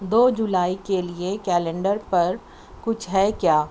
دو جولائی کے لیے کیلنڈر پر کچھ ہے کیا